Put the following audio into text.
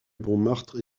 montmartre